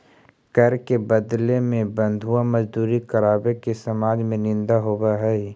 कर के बदले में बंधुआ मजदूरी करावे के समाज में निंदा होवऽ हई